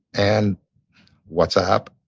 and whatsapp.